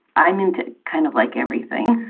i'm into kind of like everything.